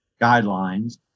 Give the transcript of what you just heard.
guidelines